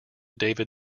david